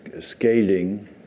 scaling